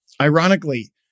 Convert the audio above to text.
Ironically